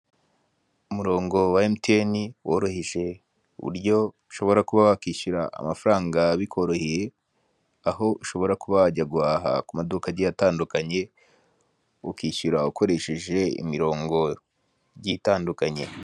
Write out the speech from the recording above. Umurongo wa MTN woroheje uburyo ushobora kuba wakwishyura amafaranga bikoroheye, aho ushobora kuba wajya guhaha ku maduka agiye atandukanye, ukishyura ukoresheje imirongo igiye itandukanye.